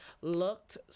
looked